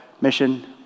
Mission